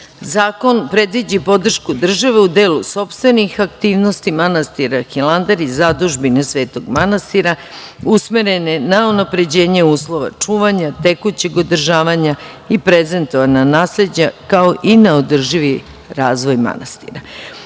drugo. Zakon predviđa podršku države u delu sopstvenih aktivnosti manastira Hilandar i zadužbine svetog manastira usmerene na unapređenje uslova, čuvanja, tekućeg održavanja i prezentovana nasleđa, kao i na održivi razvoj manastira. Obaveza